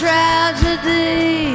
Tragedy